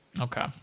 Okay